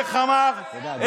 זאת הבעיה, אף אחד.